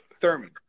Thurman